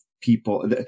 people